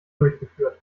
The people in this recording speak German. durchgeführt